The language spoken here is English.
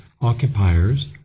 occupiers